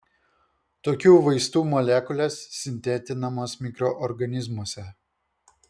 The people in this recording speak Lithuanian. tokių vaistų molekulės sintetinamos mikroorganizmuose